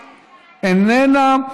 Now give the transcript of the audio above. איננה,